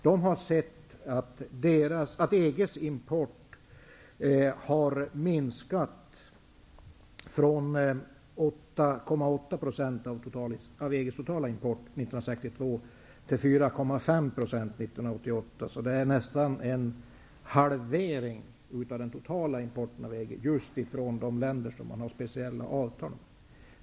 De har sett att EG:s import har minskat från 8,8 % av EG:s totala import 1962 till 4,5 % 1988. Det är nästan en halvering av den totala importen just från de länder med vilka man har särskilda avtal.